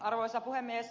arvoisa puhemies